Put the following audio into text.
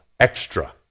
Extra